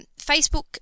Facebook